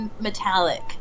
metallic